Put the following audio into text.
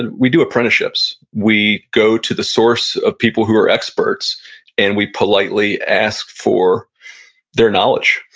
and we do apprenticeships. we go to the source of people who are experts and we politely ask for their knowledge.